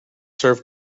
serve